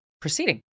proceeding